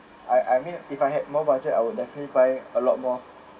I I mean if I had more budget I would definitely buy a lot more